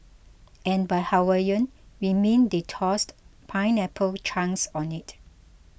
and by Hawaiian we mean they tossed pineapple chunks on it